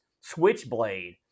Switchblade